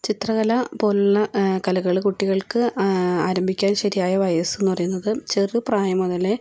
ചിത്രകല പോലുള്ള കലകൾ കുട്ടികൾക്ക് ആരംഭിക്കാൻ ശരിയായ വയസ്സ് എന്ന് പറയുന്നത് ചെറു പ്രായം മുതലേ